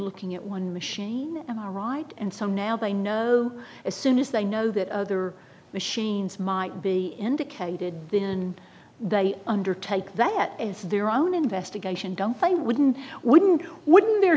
looking at one machine all right and so now they know as soon as they know that other machines might be indicated then they undertake that it's their own investigation don't play wouldn't wouldn't wouldn't their